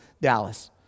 Dallas